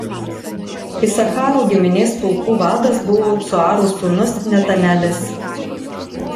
isacharo giminės pulkų vadas buvo cuaro sūnus netanelis